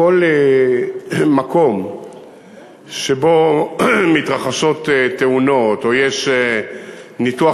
כל מקום שבו מתרחשות תאונות או יש ניתוח